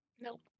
Nope